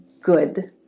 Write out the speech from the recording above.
good